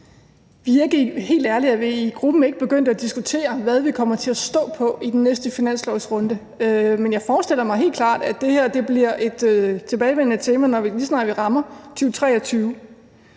(RV): Helt ærligt er vi i gruppen ikke begyndt at diskutere, hvad vi kommer til at stå på i den næste finanslovsrunde, men jeg forestiller mig helt klart, at det her bliver et tilbagevendende tema, lige så snart vi rammer 2023.